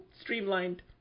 streamlined